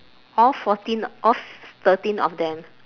all fourteen all thirteen of them